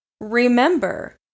Remember